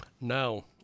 No